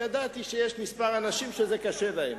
ידעתי שיש כמה אנשים שזה קשה להם.